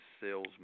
sales